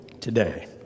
today